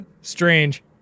Strange